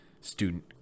student